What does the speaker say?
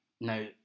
now